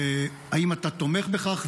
האם אתה תומך בכך?